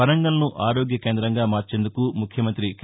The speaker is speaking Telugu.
వరంగల్సు ఆరోగ్య కేంద్రంగా మార్చేందుకు ముఖ్యమంతి కె